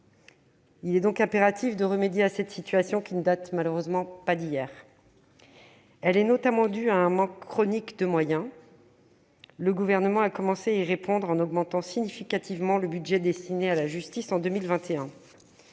Il est impératif de remédier à cette situation, qui ne date malheureusement pas d'hier. Elle est notamment due à un manque chronique de moyens. Le Gouvernement a commencé à y répondre en augmentant significativement le budget destiné à la justice en 2021.